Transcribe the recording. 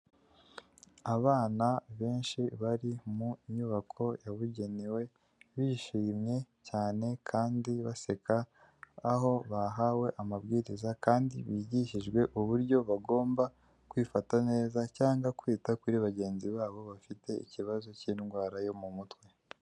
Abana benshi bari mu nyubako yabugenewe bishimye cyane kandi baseka, aho bahawe amabwiriza kandi bigishijwe uburyo bagomba kwifata neza cyangwa kwita kuri bagenzi babo bafite ikibazo cy'indwara yo mu mutwe.